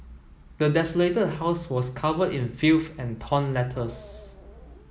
the desolated house was covered in filth and torn letters